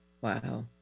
Wow